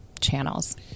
channels